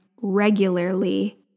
regularly